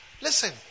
Listen